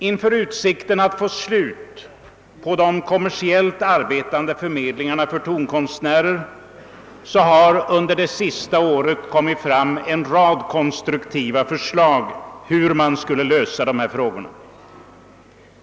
Inför utsikten att få slut på de kommersiellt arbetande förmedlingarna för tonkonstnärer har under det senaste året en rad konstruktiva förslag väckts om hur man skulle kunna lösa dessa frågor.